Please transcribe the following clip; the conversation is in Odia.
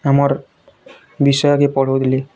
ଆମର ବିଷୟକେ ପଢ଼ାଉଥିଲେ